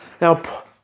Now